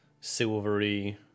silvery